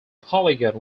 polygon